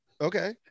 Okay